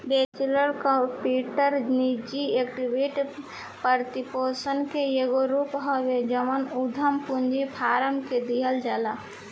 venture capital निजी equity वित्तपोषण के एगो रूप हवे जवन उधम पूंजी फार्म के दिहल जाला